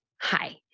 Hi